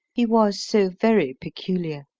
he was so very peculiar.